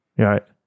right